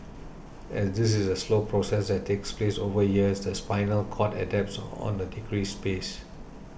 as this is a slow process that takes place over years the spinal cord adapts on the decreased space